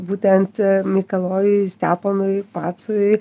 būtent mikalojui steponui pacui